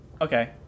okay